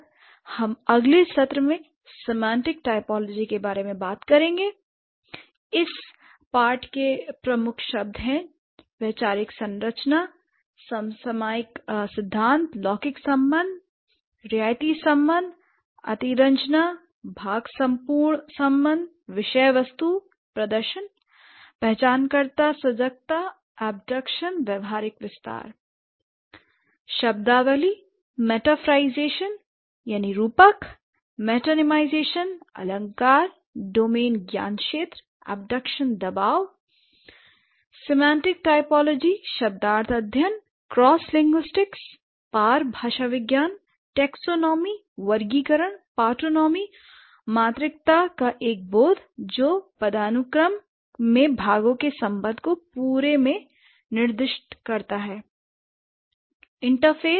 हम अगले सत्र में सिमेंटिक टाइपोलॉजी के बारे में अधिक बात करेंगे